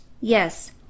yes